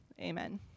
Amen